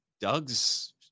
Doug's